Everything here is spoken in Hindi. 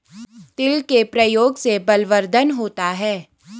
तिल के प्रयोग से बलवर्धन होता है